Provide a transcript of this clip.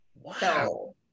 Wow